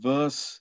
Verse